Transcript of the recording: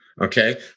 Okay